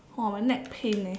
!wah! my neck pain eh